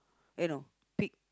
eh no pig